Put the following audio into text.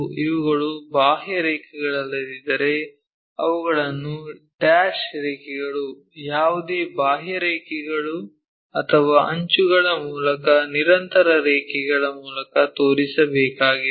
ಇವುಗಳು ಬಾಹ್ಯರೇಖೆಗಳಲ್ಲದಿದ್ದರೆ ಅವುಗಳನ್ನು ಡ್ಯಾಶ್ ರೇಖೆಗಳು ಯಾವುದೇ ಬಾಹ್ಯರೇಖೆಗಳು ಅಥವಾ ಅಂಚುಗಳ ಮೂಲಕ ನಿರಂತರ ರೇಖೆಗಳ ಮೂಲಕ ತೋರಿಸಬೇಕಾಗಿದೆ